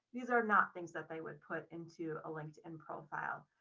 these are not things that they would put into a linkedin profile.